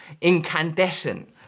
incandescent